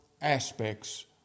aspects